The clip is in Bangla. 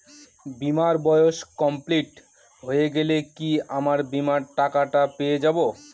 বীমার বয়স কমপ্লিট হয়ে গেলে কি আমার বীমার টাকা টা পেয়ে যাবো?